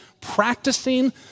practicing